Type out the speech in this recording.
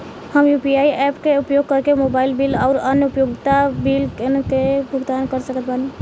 हम UPI apps के उपयोग करके मोबाइल बिल आउर अन्य उपयोगिता बिलन के भुगतान कर सकत बानी